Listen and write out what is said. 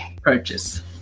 purchase